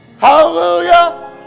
Hallelujah